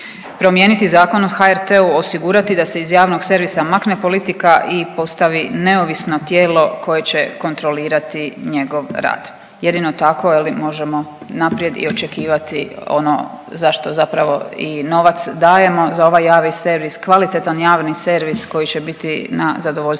Promijeniti Zakon o HRT-u, osigurati da se iz javnog servisa makne politika i postavi neovisno tijelo koje će kontrolirati njegov rad. Jedino tako je li možemo naprijed o očekivati ono zašto zapravo i novac dajemo za ovaj javni servis, kvalitetan javni servis koji će biti na zadovoljstvo